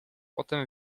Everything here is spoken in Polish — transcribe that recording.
potem